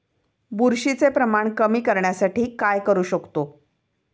बुरशीचे प्रमाण कमी करण्यासाठी काय करू शकतो?